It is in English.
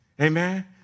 Amen